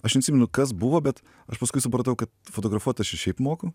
aš neatsimenu kas buvo bet aš paskui supratau kad fotografuot aš ir šiaip moku